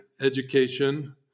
education